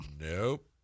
nope